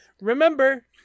Remember